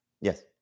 Yes